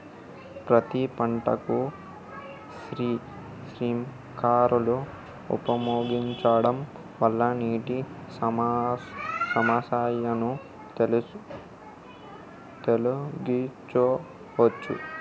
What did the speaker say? పత్తి పంటకు స్ప్రింక్లర్లు ఉపయోగించడం వల్ల నీటి సమస్యను తొలగించవచ్చా?